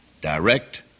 direct